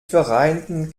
vereinten